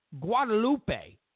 Guadalupe